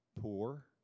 poor